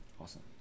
Awesome